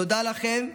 תודה לכם.